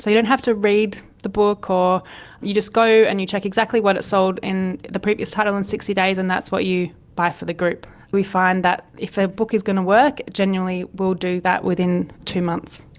ah you don't have to read the book, you just go and you check exactly what it sold in the previous title in sixty days and that's what you buy for the group. we find that if a book is going to work, generally it will do that within two months.